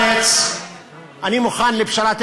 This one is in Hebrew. אני מוכן לפשרה.